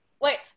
wait